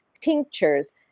tinctures